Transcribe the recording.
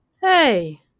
Hey